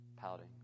pouting